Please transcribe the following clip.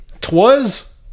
twas